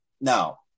now